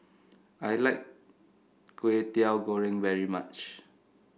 I like Kway Teow Goreng very much